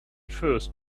first